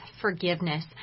forgiveness